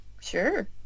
Sure